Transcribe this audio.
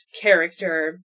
character